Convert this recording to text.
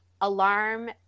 alarm